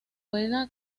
juega